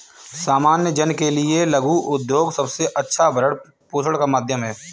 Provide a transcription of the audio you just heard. सामान्य जन के लिये लघु उद्योग सबसे अच्छा भरण पोषण का माध्यम है